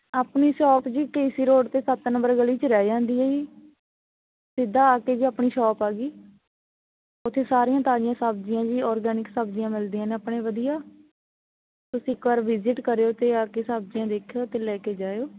ਆਪਣੀ shop ji K C road 'ਤੇ ਸੱਤ ਨੰਬਰ ਗਲੀ 'ਚ ਰਹਿ ਜਾਂਦੀ ਹੈ ਜੀ ਸਿੱਧਾ ਆ ਕੇ ਜੀ ਆਪਣੀ ਸ਼ੋਪ ਆ ਗਈ ਉੱਥੇ ਸਾਰੀਆਂ ਤਾਜ਼ੀਆਂ ਸਬਜ਼ੀਆਂ ਜੀ ਔਰਗੈਨਿਕ ਸਬਜ਼ੀਆਂ ਮਿਲਦੀਆਂ ਨੇ ਆਪਣੇ ਵਧੀਆ ਤੁਸੀਂ ਇੱਕ ਵਾਰ ਵਿਜਿਟ ਕਰਿਓ ਅਤੇ ਆ ਕੇ ਸਬਜ਼ੀਆਂ ਦੇਖਿਓ ਅਤੇ ਲੈ ਕੇ ਜਾਇਓ